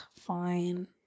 Fine